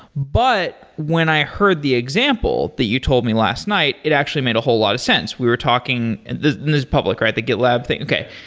but when i heard the example that you told me last night, it actually made a whole lot of sense. we were talking and this and is public, right? the gitlab thing. okay.